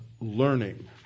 learning